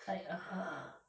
like (uh huh)